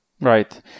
Right